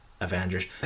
Avengers